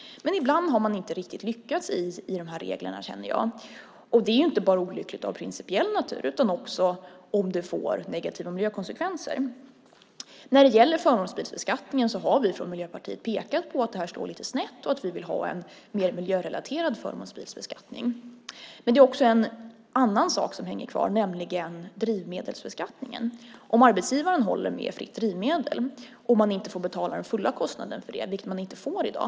Men ibland har man inte riktigt lyckats med de reglerna känner jag, och det är inte olyckligt bara av principiella skäl utan också om det får negativa miljökonsekvenser. När det gäller förmånsbilsbeskattningen har vi från Miljöpartiet pekat på att den slår lite snett och att vi vill ha en mer miljörelaterad förmånsbilsbeskattning. Men det är också en annan sak som hänger kvar, nämligen drivmedelsbeskattningen. Om arbetsgivaren håller med fritt drivmedel behöver man inte betala den fulla kostnaden för det, vilket man inte behöver i dag.